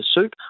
soup